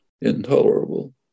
intolerable